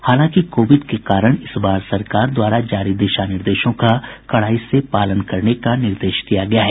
हालांकि कोविड के कारण इस बार सरकार द्वारा जारी दिशा निर्देशों का कड़ाई से पालन करने का निर्देश दिया गया है